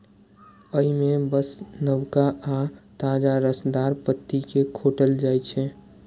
अय मे बस नवका आ ताजा रसदार पत्ती कें खोंटल जाइ छै